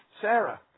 Sarah